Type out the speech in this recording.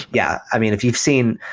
yeah i mean, if you've seen,